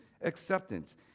acceptance